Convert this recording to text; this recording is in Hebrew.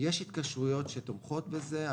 יש התקשרויות שתומכות בזה.